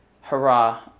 hurrah